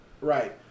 Right